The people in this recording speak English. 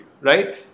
right